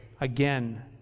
again